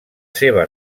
seva